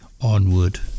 Onward